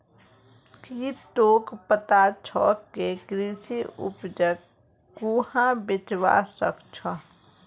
की तोक पता छोक के कृषि उपजक कुहाँ बेचवा स ख छ